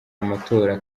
amatora